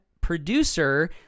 producer